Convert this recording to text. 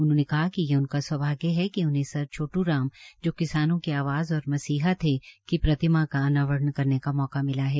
उन्होंने कहा कि उनका सौभाग्य है कि उन्हें सर छोट् राम जो किसानों की आवाज़ और मसीहा थे की प्रतिमा का अनावरण करने का मौका मिला है